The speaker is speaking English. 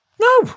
no